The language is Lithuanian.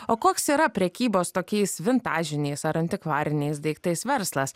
o koks yra prekybos tokiais vintažiniais ar antikvariniais daiktais verslas